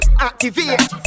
activate